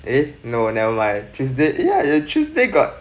eh no never mind tuesday yeah tuesday got